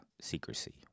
secrecy